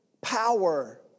power